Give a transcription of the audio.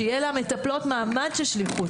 שיהיה למטפלות מעמד של שליחות.